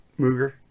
Mooger